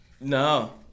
No